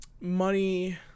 money